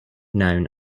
known